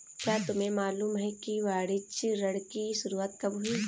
क्या तुम्हें मालूम है कि वाणिज्य ऋण की शुरुआत कब हुई?